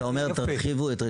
אתה אומר תרחיבו את הרשימה.